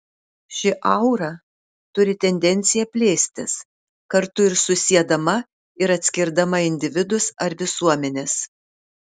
ši aura turi tendenciją plėstis kartu ir susiedama ir atskirdama individus ar visuomenes